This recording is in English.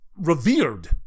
revered